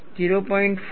5 વત્તા 0